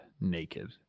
naked